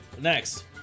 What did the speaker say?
Next